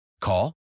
Call